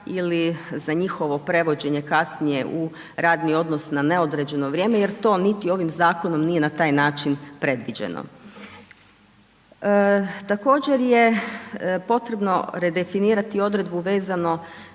ili za njihovo prevođenje kasnije u radni odnos na neodređeno vrijeme, jer to niti ovim zakonom nije na taj način predviđeno. Također je potrebno redefinirati odredbu vezano